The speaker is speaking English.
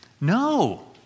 No